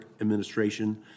Administration